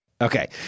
Okay